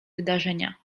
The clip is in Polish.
wydarzenia